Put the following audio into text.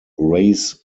race